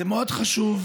זה מאוד חשוב.